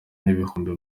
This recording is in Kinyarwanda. n’ibihumbi